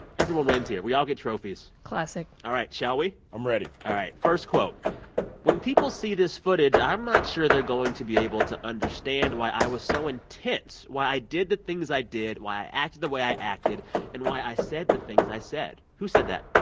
everyone wins here. we all get trophies classic all right, shall we? i'm ready all right. first quote when people see this footage, i'm not sure they're going to be able to understand why i was so intense, why i did the things i did, why i acted the way i acted and why i said the things i said. who said that?